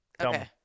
okay